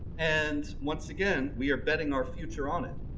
and once again we are betting our future on it.